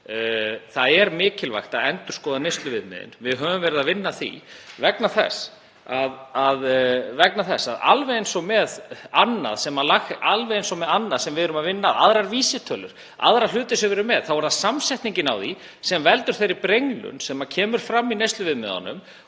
Það er mikilvægt að endurskoða neysluviðmiðin. Við höfum verið að vinna að því. Og alveg eins og með annað sem við erum að vinna að, aðrar vísitölur, aðra hluti sem við erum með, er það samsetningin á því sem veldur þeirri brenglun sem fram kemur í neysluviðmiðunum